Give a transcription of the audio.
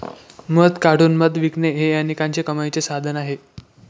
मध काढून मध विकणे हे अनेकांच्या कमाईचे साधन आहे